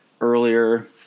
earlier